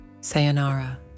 Sayonara